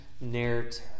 narrative